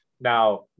Now